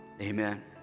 Amen